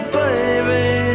baby